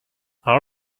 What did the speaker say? all